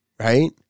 Right